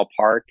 ballpark